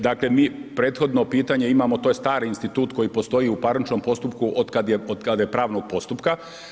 Dakle mi prethodno pitanje imamo, to je stari institut koji postoji u parničnom postupku otkad je pravnog postupka.